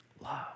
love